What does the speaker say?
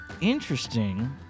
interesting